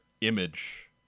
image